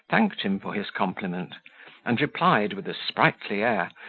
thanked him for his compliment and replied, with a sprightly air,